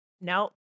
Nope